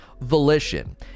volition